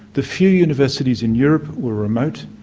the few universities in europe were remote,